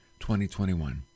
2021